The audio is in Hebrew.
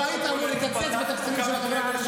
לא היית אמור לקצץ בתקציבים של החברה הערבית.